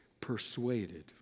persuaded